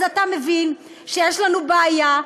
אז אתה מבין שיש לנו בעיה.